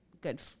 Good